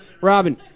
Robin